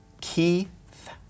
Keith